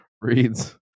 reads